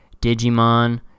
Digimon